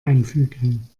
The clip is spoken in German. einfügen